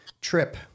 trip